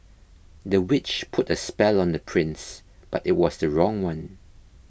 the witch put a spell on the prince but it was the wrong one